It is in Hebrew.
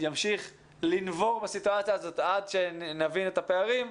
ימשיך לנבור בסיטואציה הזאת עד שנבין את הפערים,